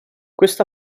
questo